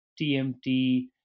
TMT